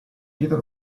pietra